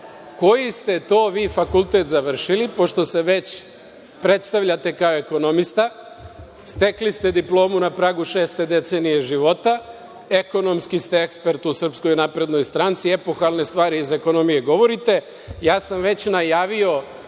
koji ste to vi fakultet završili, pošto se već predstavljate kao ekonomista, stekli ste diplomu na pragu šeste decenije života, ekonomski ste ekspert u SNS-u, epohalne stvari iz ekonomije govorite, ja sam već najavio